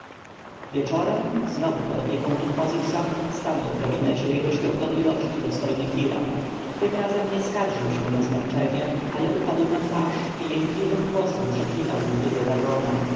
wieczorem znowu pod opieką tutmozisa stanął w gabinecie jego świątobliwości dostojny hiram tym razem nie skarżył się na zmęczenie ale upadł na twarz i jękliwym głosem przeklinał głupiego dagona